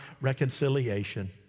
reconciliation